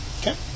Okay